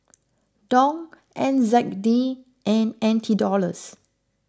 Dong N Z D and N T Dollars